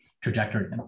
trajectory